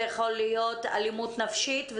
זו יכולה להיות אלימות נפשית,